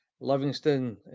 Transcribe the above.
Livingston